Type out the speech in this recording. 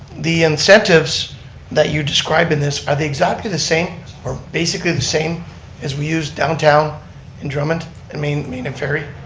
the incentives that you describe in this, are they exactly the same or basically the same as we used downtown in drummond and main i mean and ferry,